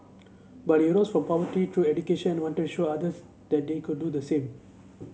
but he rose from poverty through education and wanted to show others that they could do the same